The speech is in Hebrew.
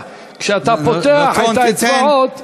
"פתח תפתח" כשאתה פותח את האצבעות,